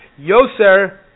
Yoser